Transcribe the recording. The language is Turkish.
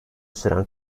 süren